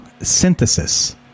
synthesis